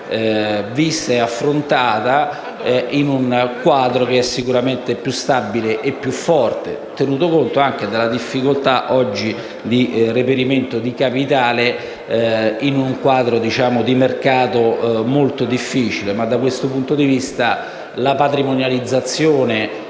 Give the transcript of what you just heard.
vista e affrontata in un quadro sicuramente più stabile e più forte, tenuto anche conto dell'attuale difficoltà di reperimento di capitale in un quadro di mercato molto difficile. Da questo punto di vista, la patrimonializzazione